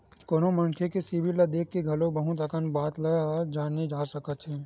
कोनो मनखे के सिबिल ल देख के घलो बहुत कन बात ल जाने जा सकत हे